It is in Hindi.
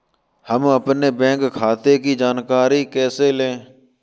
हम अपने बैंक खाते की जानकारी कैसे लें?